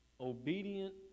Obedient